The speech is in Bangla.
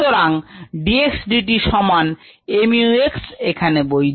সুতরাং dx dt সমান mu x এখানেও বৈধ